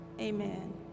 amen